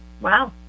Wow